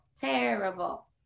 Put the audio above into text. terrible